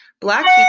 Black